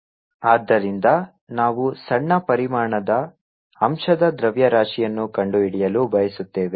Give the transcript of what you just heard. xyzρrθϕCx2|z| ಆದ್ದರಿಂದ ನಾವು ಸಣ್ಣ ಪರಿಮಾಣದ ಅಂಶದ ದ್ರವ್ಯರಾಶಿಯನ್ನು ಕಂಡುಹಿಡಿಯಲು ಬಯಸುತ್ತೇವೆ